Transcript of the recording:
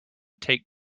take